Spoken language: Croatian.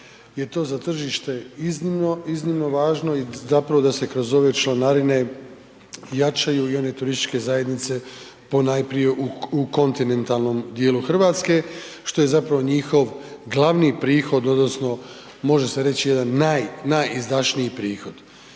je to za tržište iznimno, iznimno važno i zapravo da se kroz ove članarine jačaju i one turističke zajednice ponajprije u kontinentalnom dijelu RH, što je zapravo njihov glavni prihod odnosno može se reći jedan naj, najizdašniji prihod.